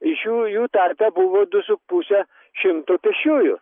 iš jų jų tarpe buvo du su puse šimto pėsčiųjų